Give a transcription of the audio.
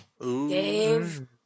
Dave